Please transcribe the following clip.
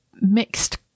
mixed